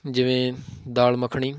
ਜਿਵੇਂ ਦਾਲ ਮੱਖਣੀ